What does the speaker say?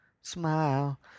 smile